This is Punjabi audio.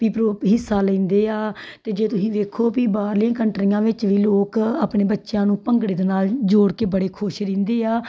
ਵੀ ਪ੍ਰੋਪ ਹਿੱਸਾ ਲੈਂਦੇ ਆ ਅਤੇ ਜੇ ਤੁਸੀਂ ਵੇਖੋ ਵੀ ਬਾਹਰਲੀਆਂ ਕੰਟਰੀਆਂ ਵਿੱਚ ਵੀ ਲੋਕ ਆਪਣੇ ਬੱਚਿਆਂ ਨੂੰ ਭੰਗੜੇ ਦੇ ਨਾਲ ਜੋੜ ਕੇ ਬੜੇ ਖੁਸ਼ ਰਹਿੰਦੇ ਆ